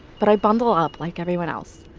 but i bundle up like everyone else,